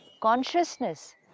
consciousness